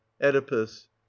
Oedipus